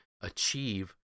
achieve